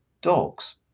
dogs